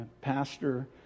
pastor